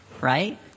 Right